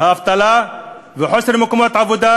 האבטלה וחוסר מקומות עבודה,